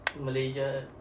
Malaysia